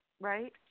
right